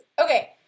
Okay